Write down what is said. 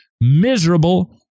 miserable